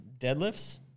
deadlifts